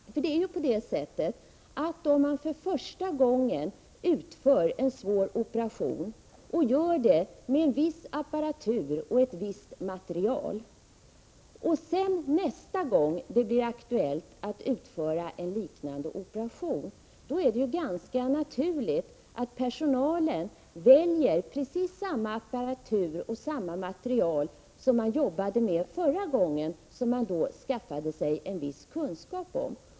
Om man för första gången utför en svår operation och då använder en viss apparatur och visst material, så är det ganska naturligt att personalen, nästa gång det blir aktuellt att utföra en liknande operation, väljer precis samma apparatur och samma material som man använde förra gången och som man då skaffade sig en viss kunskap om.